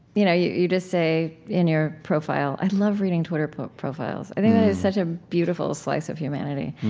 you know you just say in your profile i love reading twitter profiles. i think that is such a beautiful slice of humanity,